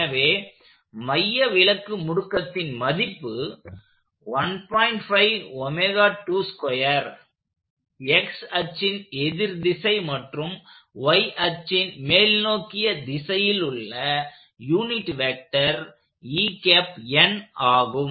எனவே மையவிலக்கு முடுக்கத்தின் மதிப்பு x அச்சின் எதிர்திசை மற்றும் y அச்சின் மேல்நோக்கிய திசையிலுள்ள யூனிட் வெக்டர் ஆகும்